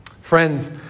Friends